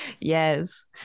Yes